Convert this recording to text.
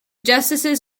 justices